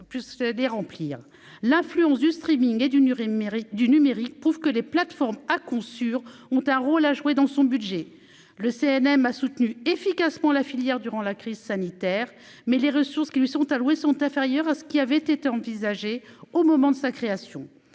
l'influence du streaming et du mur mérite du numérique prouve que les plateformes ah conçurent ont un rôle à jouer dans son budget le CNM a soutenu efficacement la filière durant la crise sanitaire, mais les ressources qui lui sont alloués sont inférieurs à ce qui avait été envisagé au moment de sa création,